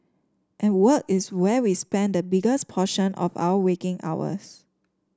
and work is where we spend the biggest portion of our waking hours